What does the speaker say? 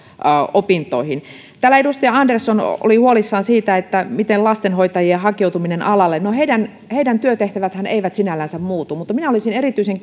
opintoihin täällä edustaja andersson oli oli huolissaan lastenhoitajien hakeutumisesta alalle no heidän heidän työtehtävänsähän eivät sinällänsä muutu mutta minä olisin erityisen